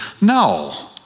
No